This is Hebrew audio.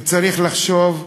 וצריך לחשוב,